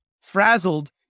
frazzled